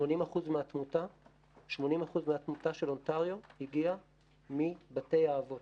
80% מהתמותה של אונטריו הגיע מבתי האבות.